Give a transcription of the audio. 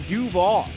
Duval